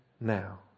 now